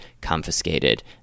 confiscated